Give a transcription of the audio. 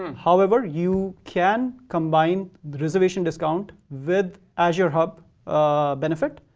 however, you can combine the reservation discount with azure hub benefit.